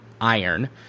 iron